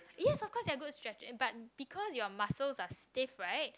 yes of course there're good stretches but because your muscles are stiff right